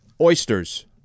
Oysters